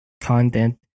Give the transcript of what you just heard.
content